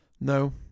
No